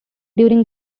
during